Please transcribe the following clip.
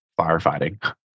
firefighting